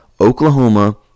Oklahoma